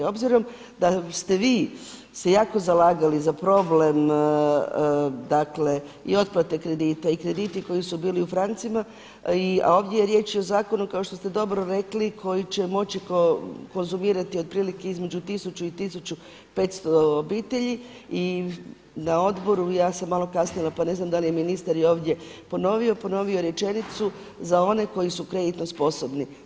Obzirom da ste vi se jako zalagali za problem dakle i otplate kredita i krediti koji su bili u francima a ovdje je riječ i o zakonu kao što ste dobro rekli koji će moći konzumirati otprilike između 1000 i 1500 obitelji i na odboru ja sam malo kasnila pa ne znam da li je ministar ovdje ponovio, ponovio rečenicu za one koji su kreditno sposobni.